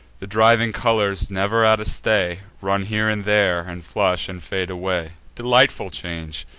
the driving colors, never at a stay, run here and there, and flush, and fade away. delightful change!